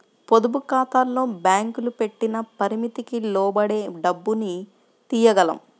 పొదుపుఖాతాల్లో బ్యేంకులు పెట్టిన పరిమితికి లోబడే డబ్బుని తియ్యగలం